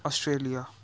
Australia